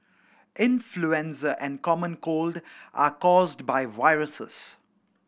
influenza and the common cold are caused by viruses